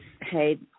hey